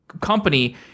company